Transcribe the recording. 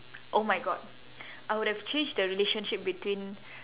oh my god I would have changed the relationship between